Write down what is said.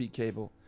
cable